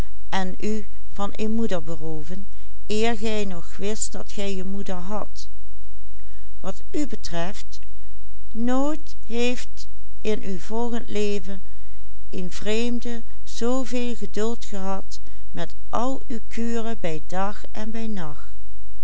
eer gij nog wist dat gij een moeder hadt wat u betreft nooit heeft in uw volgend leven een vreemde zooveel geduld gehad met al uw kuren bij dag en bij nacht